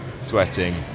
sweating